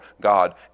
God